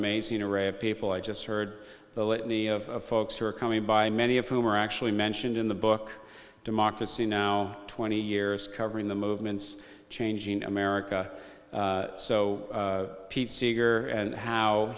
amazing array of people i just heard the litany of folks who are coming by many of whom are actually mentioned in the book democracy now twenty years covering the movements changing america so pete seeger and how